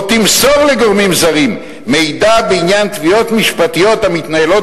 תמסור לגורמים זרים מידע בעניין תביעות משפטיות המתנהלות